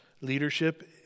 Leadership